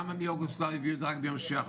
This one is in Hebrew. למה מאוגוסט הביאו את זה רק ביום שישי.